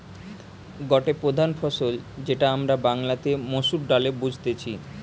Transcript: গটে প্রধান ফসল যেটা আমরা বাংলাতে মসুর ডালে বুঝতেছি